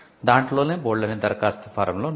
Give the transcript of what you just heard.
దాంట్లోనే బోల్డన్ని దరఖాస్తు ఫారం లు ఉన్నాయి